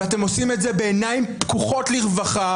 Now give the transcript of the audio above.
ואתם עושים את זה בעיניים פקוחות לרווחה.